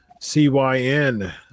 CYN